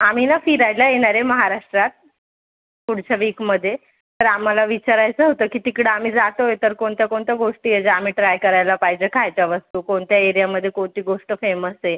आम्ही ना फिरायला येणार आहे महाराष्ट्रात पुढच्या वीकमध्ये तर आम्हाला विचारायचं होतं की तिकडं आम्ही जातोय तर कोणत्या कोणत्या गोष्टी आहेत ज्या आम्ही ट्राय करायला पाहिजे खायच्या वस्तू कोणत्या एरियामध्ये कोणती गोष्ट फेमस आहे